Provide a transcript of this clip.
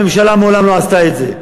הממשלה מעולם לא עשתה את זה,